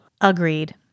Agreed